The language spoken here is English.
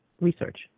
research